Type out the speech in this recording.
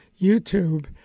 YouTube